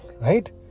right